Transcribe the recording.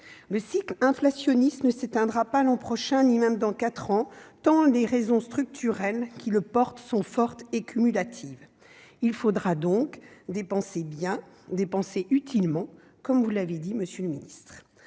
Le cycle inflationniste ne s'éteindra pas l'an prochain, ni même dans quatre ans, tant les raisons structurelles qui le portent sont fortes et cumulatives. Il faudra donc « dépenser bien, dépenser utilement », comme vous l'avez dit, monsieur le ministre.